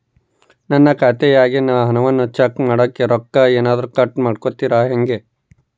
ನನ್ನ ಖಾತೆಯಾಗಿನ ಹಣವನ್ನು ಚೆಕ್ ಮಾಡೋಕೆ ರೊಕ್ಕ ಏನಾದರೂ ಕಟ್ ಮಾಡುತ್ತೇರಾ ಹೆಂಗೆ?